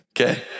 Okay